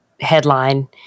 headline